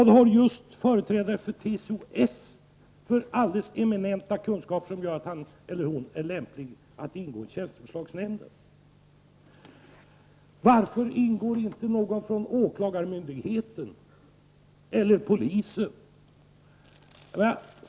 Vilka eminenta kunskaper har just en företrädare för TCO-S som gör att han eller hon är lämplig att ingå i tjänsteförslagsnämnden? Varför ingår inte någon från åklagarmyndigheten eller polisen?